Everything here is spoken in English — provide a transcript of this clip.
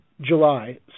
July